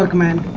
like man